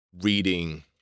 reading